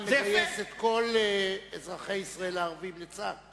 לגייס את כל אזרחי ישראל הערבים לצה"ל?